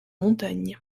montagne